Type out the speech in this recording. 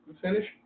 finish